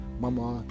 mama